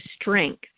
strength